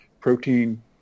protein